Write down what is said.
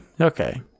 Okay